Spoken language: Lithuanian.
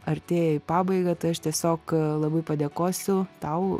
artėja į pabaigą tai aš tiesiog labai padėkosiu tau